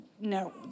No